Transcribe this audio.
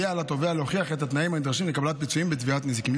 יהיה על התובע להוכיח את התנאים הנדרשים לקבלת פיצויים בתביעת נזיקין.